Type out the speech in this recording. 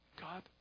God